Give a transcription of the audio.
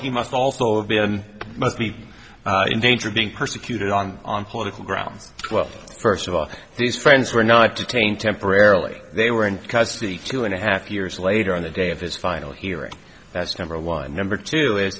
he must also be and must be in danger of being persecuted on on political grounds well first of all these friends were not detained temporarily they were in custody for two and a half years later on the day of his final hearing that's number one and number two is